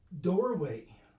doorway